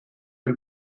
nel